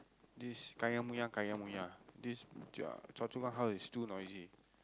this this Choa~ Choa Chu Kang is too noisy